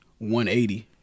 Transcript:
180